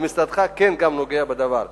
ומשרדך גם כן נוגע בדבר.